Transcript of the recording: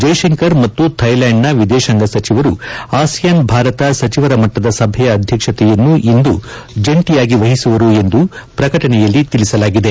ಜೈಶಂಕರ್ ಮತ್ತು ಥೈಲ್ಯಾಂಡ್ನ ವಿದೇಶಾಂಗ ಸಚಿವರು ಆಸಿಯಾನ್ ಭಾರತ ಸಚಿವರ ಮಟ್ಟದ ಸಭೆಯ ಅಧ್ಯಕ್ಷತೆಯನ್ನು ಇಂದು ಜಂಟಿಯಾಗಿ ವಹಿಸುವರು ಎಂದು ಪ್ರಕಟಣೆಯಲ್ಲಿ ತಿಳಿಸಲಾಗಿದೆ